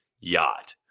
yacht